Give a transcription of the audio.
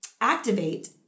activate